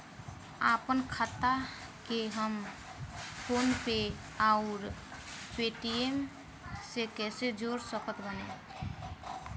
आपनखाता के हम फोनपे आउर पेटीएम से कैसे जोड़ सकत बानी?